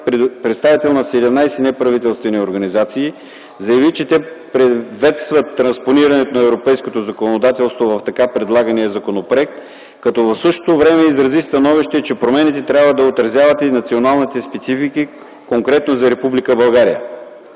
представител на 17 неправителствени организации, заяви, че те приветстват транспонирането на европейското законодателство в така предлагания законопроект, като в същото време изрази становище, че промените трябва да отразяват и националните специфики конкретно за